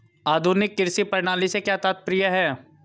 आधुनिक कृषि प्रणाली से क्या तात्पर्य है?